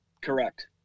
correct